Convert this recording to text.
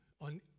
on